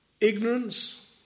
ignorance